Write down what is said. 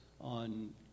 on